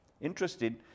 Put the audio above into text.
Interesting